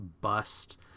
bust